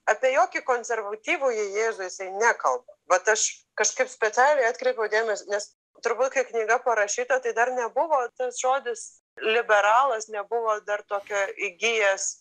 apie jokį konservatyvųjį jėzų jisai nekalba vat aš kažkaip specialiai atkreipiau dėmesį nes turbūt knyga parašyta tai dar nebuvo tas žodis liberalas nebuvo dar tokio įgijęs